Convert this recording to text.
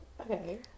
Okay